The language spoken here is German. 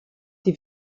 die